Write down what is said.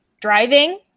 Driving